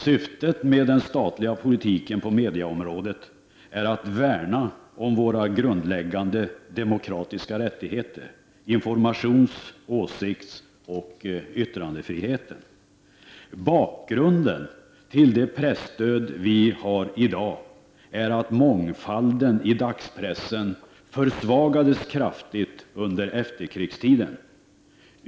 Syftet med den statliga politiken på medieområdet är att värna om våra grundläggande demokratiska rättigheter — informations-, åsiktsoch yttrandefriheten. Bakgrunden till det presstöd vi har i dag är att mångfalden i dagspressen försvagades kraftigt under efterkrigstiden.